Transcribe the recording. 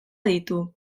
ditu